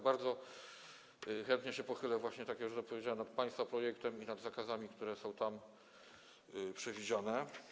Bardzo chętnie się pochylę, tak jak powiedziałem, nad państwa projektem i nad zakazami, które są tam przewidziane.